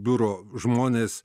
biuro žmonės